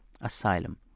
asylum